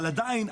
אבל עדיין,